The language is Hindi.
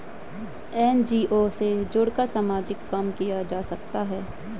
एन.जी.ओ से जुड़कर सामाजिक काम किया जा सकता है